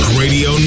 radio